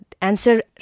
answer